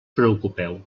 preocupeu